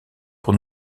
pour